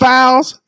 Files